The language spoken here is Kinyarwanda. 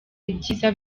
ibyiza